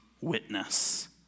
witness